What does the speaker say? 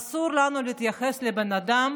אסור לנו להתייחס לבן אדם,